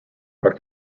are